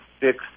six